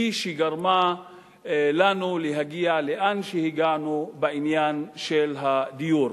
היא שגרמה לנו להגיע לאן שהגענו בעניין של הדיור.